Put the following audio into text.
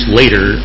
later